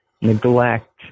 Neglect